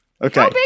Okay